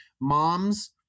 moms